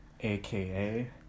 aka